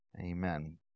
Amen